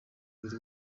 buri